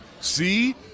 see